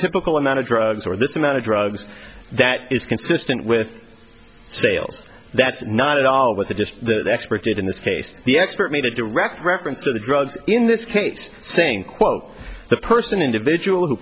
typical amount of drugs or this amount of drugs that is consistent with scales that's not at all with the just the expert did in this case the expert made a direct reference to the drugs in this case saying quote the person individual who